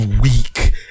weak